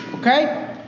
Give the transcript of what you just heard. Okay